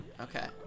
okay